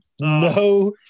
No